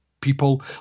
people